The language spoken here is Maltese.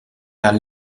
għall